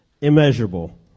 Immeasurable